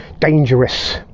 dangerous